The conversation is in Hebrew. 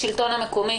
השלטון המקומי